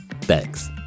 Thanks